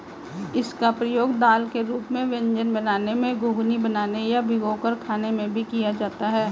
इसका प्रयोग दाल के रूप में व्यंजन बनाने में, घुघनी बनाने में या भिगोकर खाने में भी किया जाता है